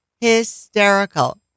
hysterical